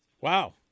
Wow